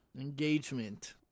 Engagement